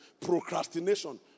procrastination